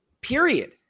period